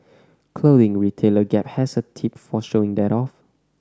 clothing retailer Gap has a tip for showing that off